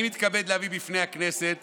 אני מתכבד להביא לפני הכנסת